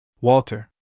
Walter